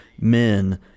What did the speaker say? men